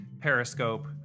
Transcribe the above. Periscope